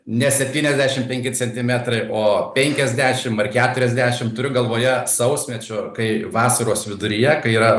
ne septyniasdešim penki centimetrai o penkiasdešim ar keturiasdešim turiu galvoje sausmečio kai vasaros viduryje kai yra